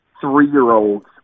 three-year-olds